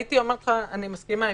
הייתי אומרת לך שאני מסכימה.